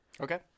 Okay